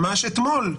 ממש אתמול,